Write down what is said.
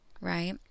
right